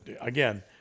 again